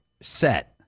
set